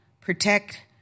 Protect